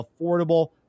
affordable